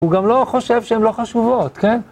הוא גם לא חושב שהן לא חשובות, כן?